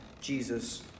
Jesus